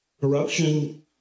corruption